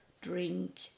drink